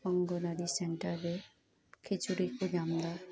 anganwadi centre ᱨᱮ ᱠᱷᱤᱪᱩᱲᱤ ᱠᱚ ᱧᱟᱢ ᱮᱫᱟ